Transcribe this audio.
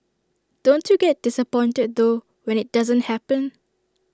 don't you get disappointed though when IT doesn't happen